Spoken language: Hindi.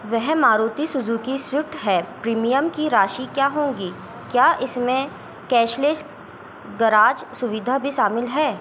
वह मारुति सुज़ुकी स्विफ्ट है प्रीमियम की राशि क्या होगी क्या इसमें कैशलेस गराज सुविधा भी शामिल है